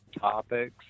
topics